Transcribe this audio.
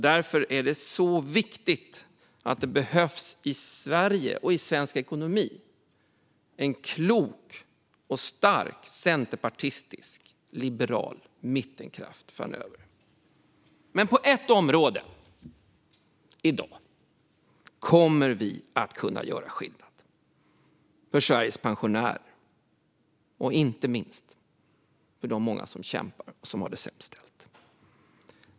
Därför är det viktigt att det i Sverige och för svensk ekonomi finns en klok, stark centerpartistisk, liberal mittenkraft framöver. På ett område kommer vi i dag att kunna göra skillnad, för Sveriges pensionärer och inte minst för de många som kämpar och har det sämst ställt.